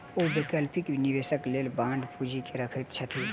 ओ वैकल्पिक निवेशक लेल बांड पूंजी के रखैत छथि